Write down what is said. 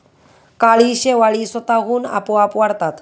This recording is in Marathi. काही शेवाळी स्वतःहून आपोआप वाढतात